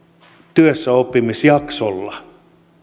työssäoppimisjaksolla